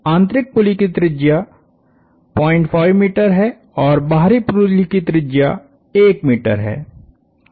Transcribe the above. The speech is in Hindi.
आंतरिक पुल्ली की त्रिज्या 05m है और बाहरी पुल्ली की त्रिज्या 1m है